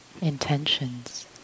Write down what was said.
intentions